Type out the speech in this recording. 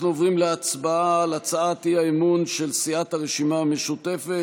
אנחנו עוברים להצבעה על הצעת האי-אמון של סיעת הרשימה המשותפת,